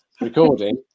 recording